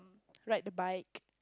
ride the bike